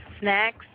Snacks